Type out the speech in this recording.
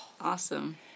Awesome